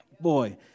Boy